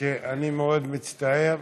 שאני מאוד מצטער,